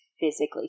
physically